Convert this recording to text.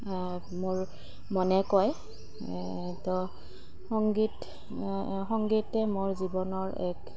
মোৰ মনে কয় তো সংগীত সংগীতে মোৰ জীৱনৰ এক